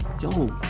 yo